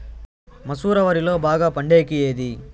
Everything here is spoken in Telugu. మసూర వరిలో బాగా పండేకి ఏది?